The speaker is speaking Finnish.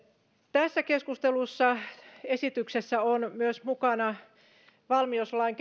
tässä keskustellussa esityksessä on myös mukana valmiuslain